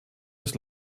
des